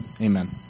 Amen